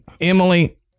Emily